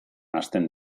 hasten